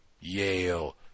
Yale